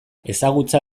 ezagutza